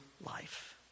life